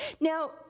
Now